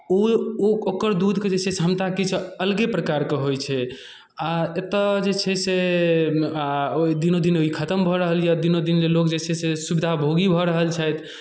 ओ ओकर दूधके जे छै से क्षमता किछु अलगे प्रकारके होइ छै आ एतय जे छै से आ ओ दिनोदिन ई खतम भऽ रहल यए दिनोदिन लोक जे छै से सुविधाभोगी भऽ रहल छथि